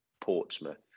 Portsmouth